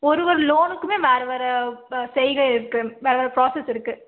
ஒரு ஒரு லோனுக்குமே வேறு வேறு ப செய்கை இருக்கு வேறு வேறு ப்ராஸஸ் இருக்கு